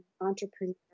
entrepreneur